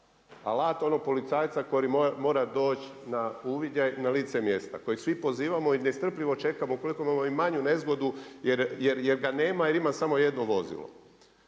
onog policajca koji mora doći na uviđaj na lice mjesta. Kojeg svi pozivamo i nestrpljivo čekamo, ukoliko imamo i manju nezgodu, jer ga nema, jer ima samo 1 vozilo.